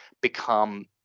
become